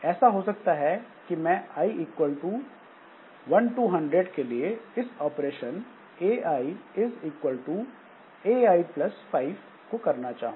ऐसा हो सकता है कि मैं आई इक्वल टू 1 टु 100 के लिए इस operation AI is equal to AI plus 5 ai ai5 को करना चाहूं